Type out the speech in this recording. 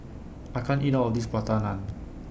I can't eat All of This Plata Naan